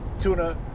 tuna